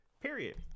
Period